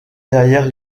derrière